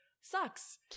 sucks